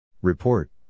Report